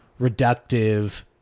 reductive